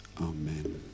Amen